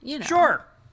Sure